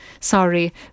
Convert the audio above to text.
Sorry